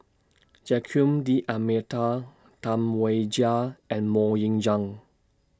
Joaquim D'almeida Tam Wai Jia and Mok Ying Jang